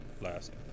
last